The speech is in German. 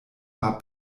war